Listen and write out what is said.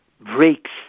breaks